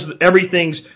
everything's